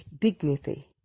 dignity